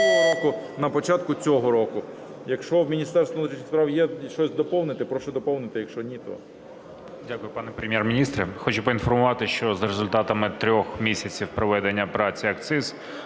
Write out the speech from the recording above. Дякую, пане Прем'єр-міністр. Хочу проінформувати, що за результатами трьох місяців проведення операції